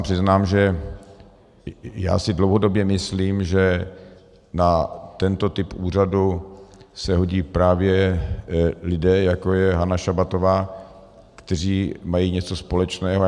Přiznám se vám, že si dlouhodobě myslím, že na tento typ úřadu se hodí právě lidé, jako je Anna Šabatová, kteří mají něco společného.